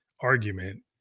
argument